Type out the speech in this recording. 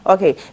Okay